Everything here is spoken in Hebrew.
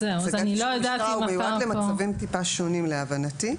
הוא מיועד למצבים טיפה שונים להבנתי.